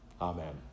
Amen